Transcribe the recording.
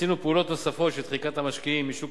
עשינו פעולות נוספות של דחיקת המשקיעים משוק